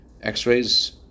X-rays